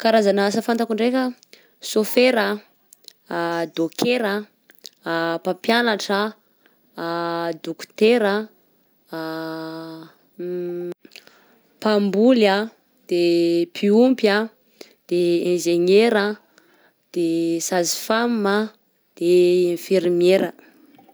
Karazana asa fantako ndraiky: sôfera, dôkera, mpampianatra, dokotera, mpamboly a, de mpiompy a, de inzenera, de sage femme a, de infirmiera.